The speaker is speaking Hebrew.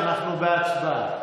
הצבעה.